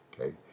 okay